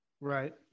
right